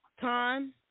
time